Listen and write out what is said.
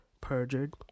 Perjured